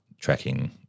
tracking